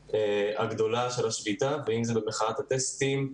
הגדולה של השביתה ב-2009 ואם זה במחאת הטסטים.